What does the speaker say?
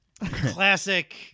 Classic